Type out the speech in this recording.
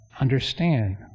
understand